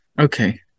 okay